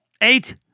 eight